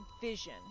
vision